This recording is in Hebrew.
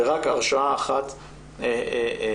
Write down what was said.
ורק הרשעה אחת בדין.